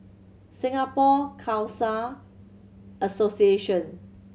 Singapore Khalsa Association